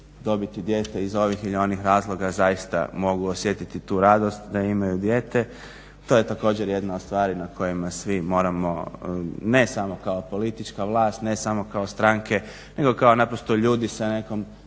dobiti dijete iz ovih ili onih razloga zaista mogu osjetiti tu radost da imaju dijete, to je također jedna ostvarina kojima svi moramo ne samo kao politička vlast, ne samo kao stranke, nego kao naprosto ljudi sa nekakvom